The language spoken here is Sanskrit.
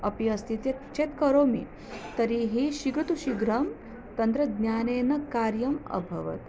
अपि अस्ति चेत् चेत् करोमि तर्हि शीघ्रं तु शीघ्रं तन्त्रज्ञानेन कार्यम् अभवत्